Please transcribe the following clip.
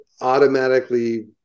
automatically